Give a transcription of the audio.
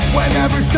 Whenever